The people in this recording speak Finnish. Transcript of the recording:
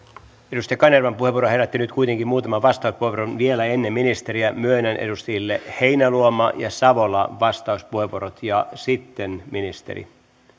edustaja kanervan puheenvuoro herätti nyt kuitenkin muutaman vastauspuheenvuoron vielä ennen ministeriä myönnän edustajille heinäluoma ja savola vastauspuheenvuorot ja sitten ministeri